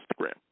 Instagram